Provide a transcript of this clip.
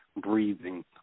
breathing